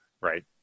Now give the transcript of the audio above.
Right